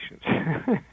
patients